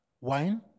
Wine